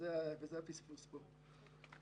וזה הפספוס פה.